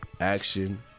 action